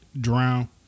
drown